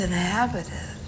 inhabited